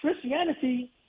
Christianity